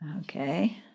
Okay